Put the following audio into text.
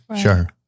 sure